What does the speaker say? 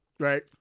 Right